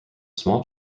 small